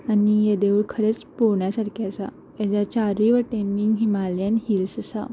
आनी देवूळ खरेंच पोवण्या सारकें आसा हेज्या चारूय वाटेनी हिमालयन हिल्स आसा